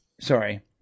Sorry